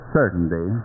certainty